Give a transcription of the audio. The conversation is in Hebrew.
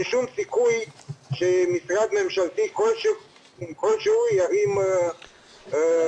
אין שום סיכוי שמשרד ממשלתי כלשהו ירים --- לא,